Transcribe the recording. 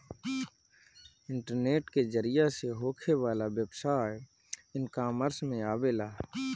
internet के जरिया से होखे वाला व्यवसाय इकॉमर्स में आवेला